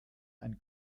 ein